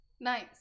nice